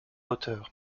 hauteur